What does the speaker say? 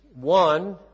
one